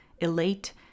elate